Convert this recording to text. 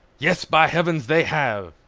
yes, by heavens, they have!